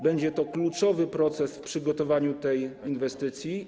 Będzie to kluczowy proces w przygotowaniu tej inwestycji.